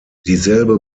dieselbe